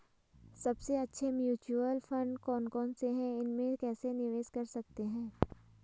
सबसे अच्छे mutual fund कौन कौनसे हैं इसमें कैसे निवेश कर सकते हैं?